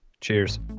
Cheers